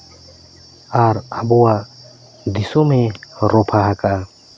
ᱟᱨ ᱟᱵᱚᱣᱟᱜ ᱫᱤᱥᱚᱢᱮ ᱨᱚᱯᱷᱟ ᱟᱠᱟᱜᱼᱟ